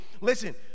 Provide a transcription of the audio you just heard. listen